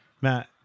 Matt